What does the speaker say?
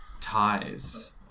ties